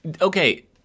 Okay